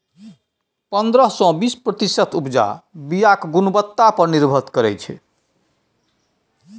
पंद्रह सँ बीस प्रतिशत उपजा बीयाक गुणवत्ता पर निर्भर करै छै